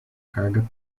carga